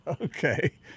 Okay